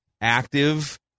active